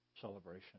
Celebration